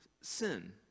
sin